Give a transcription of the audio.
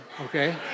okay